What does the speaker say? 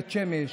בית שמש,